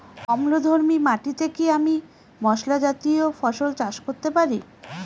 অম্লধর্মী মাটিতে কি আমি মশলা জাতীয় ফসল চাষ করতে পারি?